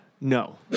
No